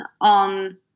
on